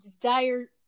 dire